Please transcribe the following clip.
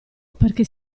perché